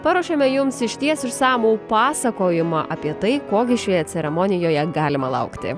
paruošėme jums išties išsamų pasakojimą apie tai ko gi šioje ceremonijoje galima laukti